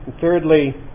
thirdly